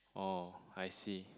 oh I see